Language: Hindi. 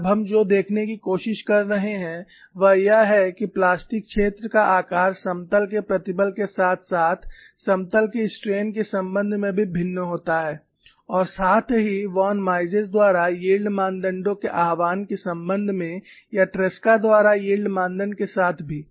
और अब हम जो देखने की कोशिश कर रहे हैं वह यह है कि प्लास्टिक क्षेत्र का आकार समतल के प्रतिबल के साथ साथ समतल के स्ट्रेन के संबंध में भी भिन्न होता है और साथ ही वॉन माइस द्वारा यील्ड मानदंडों के आह्वान के संबंध में या ट्रेसका द्वारा यील्ड मानदंड के साथ भी